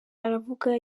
aravuga